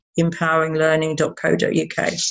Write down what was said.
empoweringlearning.co.uk